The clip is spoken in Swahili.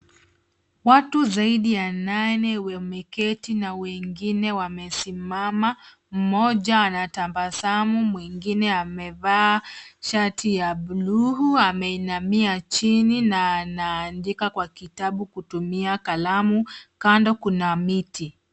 Watu zaidi ya nane wameketi na wengine wamesimama mmoja anatabasamu mwingine amevaa shati ya bluu ameinamia chini na anaandika kwa kitabu kutumia kalamu kando kuna miti.